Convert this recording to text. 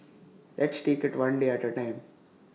let's take IT one day at A time